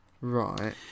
Right